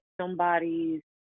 somebody's